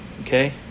okay